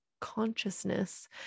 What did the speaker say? consciousness